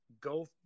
go